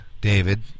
David